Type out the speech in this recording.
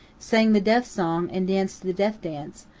sang the death song and danced the death dance,